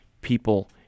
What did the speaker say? people